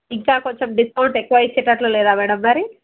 ఇంకా కొంచెం డిస్కౌంట్ ఎక్కువ ఇచ్చేటట్టు లేదా మేడం మరి